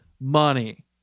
money